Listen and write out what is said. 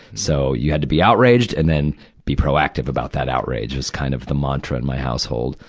so, you had to be outraged and then be proactive about that outrage, was kind of the mantra in my household.